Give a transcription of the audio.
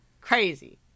crazy